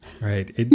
Right